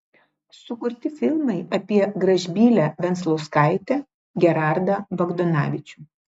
sukurti filmai apie gražbylę venclauskaitę gerardą bagdonavičių